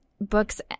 books